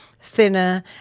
thinner